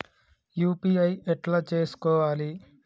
UPI ఎట్లా చేసుకోవాలి?